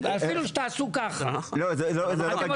אתם חושבים שאולי עוקף בג"ץ זה מותר.